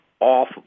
Off